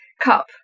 cup